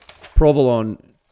Provolone